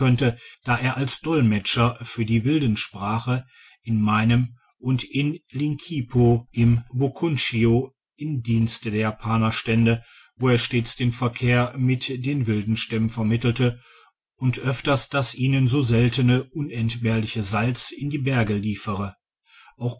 da er als dolmetscher für die wildensprache in meinem und in linkipo ftn bukunshio in diensten der japaner stände wo er stets den verkehr mit den wilden stämmen vermittelte und öfters das ihnen so seltene unentbehrliche salz in die berge liefere